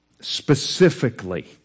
specifically